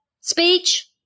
speech